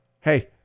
Hey